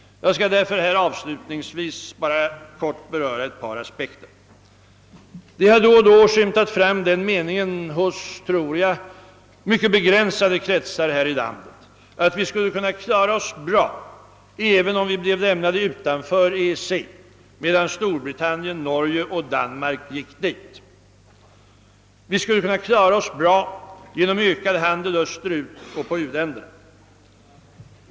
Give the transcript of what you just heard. Jag skall därför här avslutningsvis bara helt kort beröra ett par aspekter. Det har då och då skymtat fram den meningen hos, tror jag, mycket begränsade kretsar här i landet att vi skulle kunna klara oss bra, även om vi bleve lämnade utanför EEC, medan Storbritannien, Norge och Danmark ginge dit. Vi skulle kunna klara oss bra genom ökad handel österut och på u-länderna.